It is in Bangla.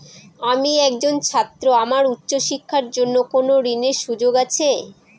আমি একজন ছাত্র আমার উচ্চ শিক্ষার জন্য কোন ঋণের সুযোগ আছে?